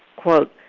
quote,